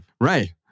Right